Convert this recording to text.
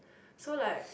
so like